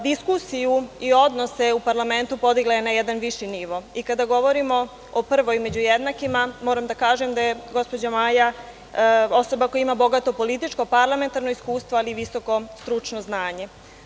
Diskusiju i odnose u parlamentu podigla je na jedan viši nivo i kada govorimo o prvoj među jednakima, moram da kažem da je gospođa Maja osoba koja ima bogato političko parlamentarno iskustvo, ali i visoko stručno znanje.